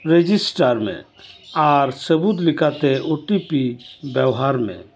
register ᱢᱮ ᱟᱨ ᱥᱟᱹᱵᱩᱫ ᱞᱮᱠᱟᱛᱮ ᱳᱴᱤᱯᱤ ᱵᱮᱣᱦᱟᱨ ᱢᱮ